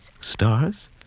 stars